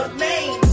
main